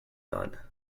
thought